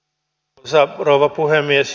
arvoisa rouva puhemies